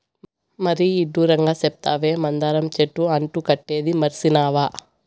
మరీ ఇడ్డూరంగా సెప్తావే, మందార చెట్టు అంటు కట్టేదీ మర్సినావా